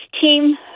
team –